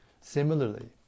Similarly